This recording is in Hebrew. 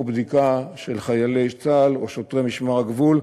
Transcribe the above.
בדיקה של חיילי צה"ל או שוטרי משמר הגבול.